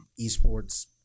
esports